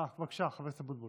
אה, בבקשה, חבר הכנסת אבוטבול.